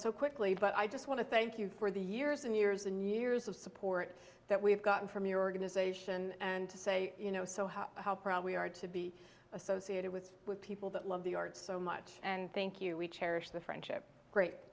so quickly but i just want to thank you for the years and years and years of support that we've gotten from your organization and to say you know so how how proud we are to be associated with people that love the arts so much and thank you we cherish the friendship great